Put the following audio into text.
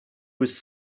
was